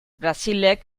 brasilek